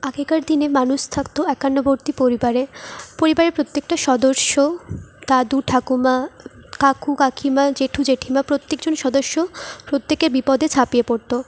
আগেকার দিনে মানুষ থাকতো একান্নবর্তী পরিবারে পরিবারের প্রত্যেকটা সদস্য দাদু ঠাকুমা কাকু কাকিমা জেঠু জেঠিমা প্রত্যেকজন সদস্য প্রত্যেকের বিপদে ঝাঁপিয়ে পড়তো